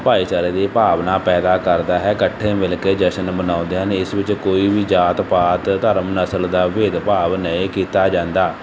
ਭਾਈਚਾਰੇ ਦੀ ਭਾਵਨਾ ਪੈਦਾ ਕਰਦਾ ਹੈ ਇਕੱਠੇ ਮਿਲ ਕੇ ਜਸ਼ਨ ਮਨਾਉਂਦੇ ਹਨ ਇਸ ਵਿੱਚ ਕੋਈ ਵੀ ਜਾਤ ਪਾਤ ਧਰਮ ਨਸਲ ਦਾ ਭੇਦ ਭਾਵ ਨਹੀਂ ਕੀਤਾ ਜਾਂਦਾ